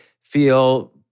feel